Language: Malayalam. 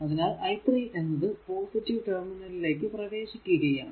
അതിനാൽ i3 എന്നത് പോസിറ്റീവ് ടെര്മിനലിലേക്കു പ്രവേശിക്കുകയാണ്